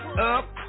up